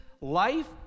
life